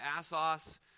Assos